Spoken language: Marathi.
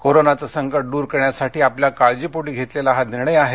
कोरोनाचे संकट दूर करण्यासाठी आपल्या काळजीपोटी घेतलेला हा निर्णय आहे